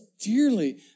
dearly